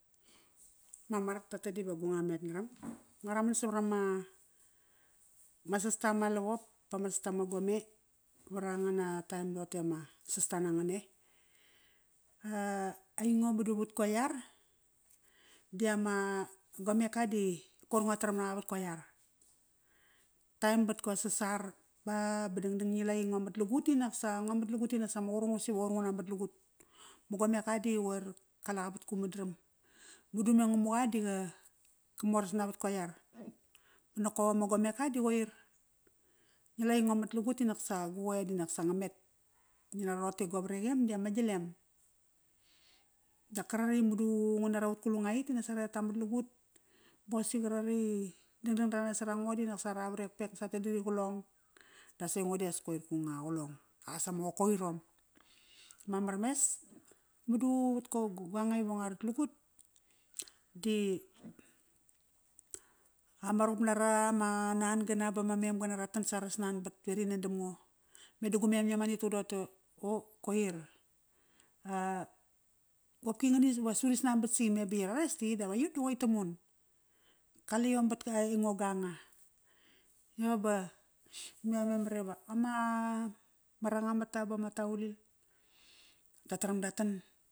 Mamar toqote dive gu nga met naram. Nguaraman savarama, ma sasta ma lavop bama sasta ma gome vara ngana time doqote ama sasta nangan e? Aingo madu vat kua iar. Diama gomeka di koir ngo taram naqa vat ko iar. Time bat ko sasar ba, ba dangdang ngila ngo matlugut tinaksa ngo matlagut ma qurung as iva qoir nguna matlagut. Ma gomeka di qoir kaleqa vat kumadaram. Madu me Ngamuqa diaqa, ka morasna vat ko iar. Nokov ama gomeka da qoir. Ngi la i ngomat lagut ti naksa gu qoe di naksa ngamet. Ngila roqote go vreqem di ama gilem. Da karane i mudu ngu nara ut ulungait ti na sa raer tamat lagut. Ba qosi qarare i dangdang nara nasara ngo di nak sara vrekpek, sa roqote din ri qlong. Das aingo dias koir ku nga qlong. As ama qokoqirom. Mamar mes madu vat ko guanga ive ngua rat lagut, di ama ruqup nara ama nan-gana bama mem-gana ra tan sara snanbat veri nan damngo. Meda gu mem iom ani tuqum doqote io, koir. qopki ngani, vas uri snanbat saqi. Me ba yi rares ti i dap aiyum di qoitam un. Kala iom bat ka, aingo ga anga. Yo ba me memar iva ama ma rangamata bama Taulil ta taram da tan.